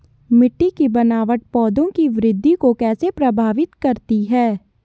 मिट्टी की बनावट पौधों की वृद्धि को कैसे प्रभावित करती है?